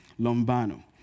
Lombano